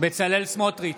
בצלאל סמוטריץ'